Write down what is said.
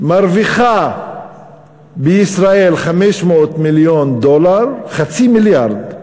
מרוויחה בישראל 500 מיליון דולר, חצי מיליארד,